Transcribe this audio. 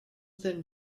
than